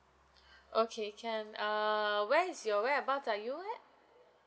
okay can err where's your whereabout are you at